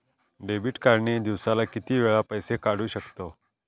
Debit card ने दिवसाला किती वेळा पैसे काढू शकतव?